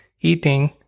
eating